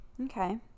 okay